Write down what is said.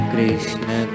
Krishna